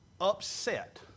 upset